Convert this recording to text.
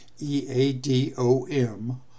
E-A-D-O-M